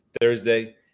Thursday